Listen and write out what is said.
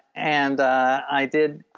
and i did,